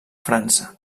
frança